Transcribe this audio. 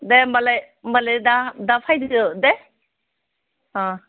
दे होमबालाय होमबालाय दा दा फाइदो दे अह